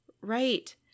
Right